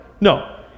No